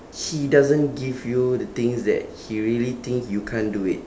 he doesn't give you the things that he really think you can't do it